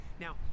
now